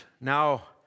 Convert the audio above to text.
now